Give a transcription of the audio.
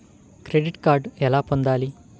Credit card ఎలా పొందాలి?